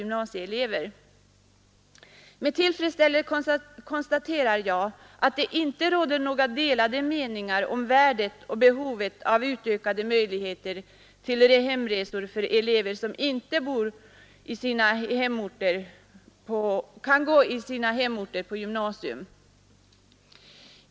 Med tillfredsställelse konstaterar jag att det inte råder några delade meningar om värdet och behovet av utökade möjligheter till hemresor för elever, som inte kan gå på gymnasium i sina hemorter.